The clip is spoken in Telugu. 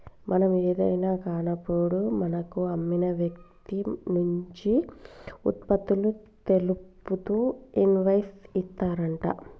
మనం ఏదైనా కాన్నప్పుడు మనకు అమ్మిన వ్యక్తి నుంచి ఉత్పత్తులు తెలుపుతూ ఇన్వాయిస్ ఇత్తారంట